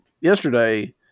yesterday